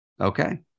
Okay